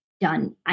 done